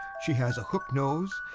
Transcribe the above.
she has a hooked nose,